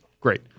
Great